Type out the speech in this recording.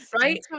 Right